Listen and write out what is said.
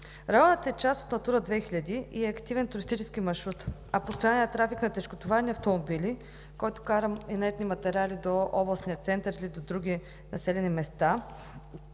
Районът е част от „Натура 2000“ и е активен туристически маршрут, а постоянният трафик на тежкотоварни автомобили, които карат инертни материали до областния център или до други населени места